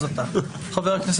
לשאול.